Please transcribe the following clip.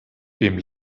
dem